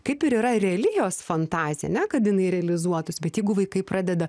kaip ir yra reali jos fantazija ane kad jinai realizuotųsi bet jeigu vaikai pradeda